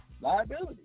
liability